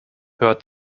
hör